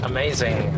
Amazing